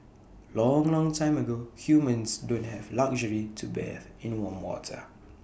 long long time ago humans don't have the luxury to bathe in warm water